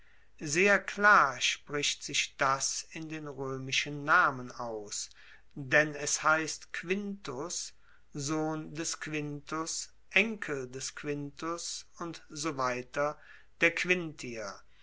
sehr klar spricht sich das in den roemischen namen aus wenn es heisst quintus sohn des quintus enkel des quintus und so weiter der quintier